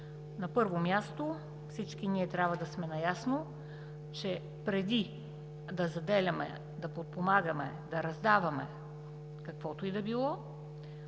На първо място, всички ние трябва да сме наясно, че преди да заделяме, да подпомагаме, да раздаваме каквото и да било,